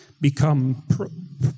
become